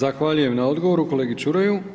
Zahvaljujem na odgovoru kolegi Čuraju.